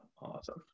Awesome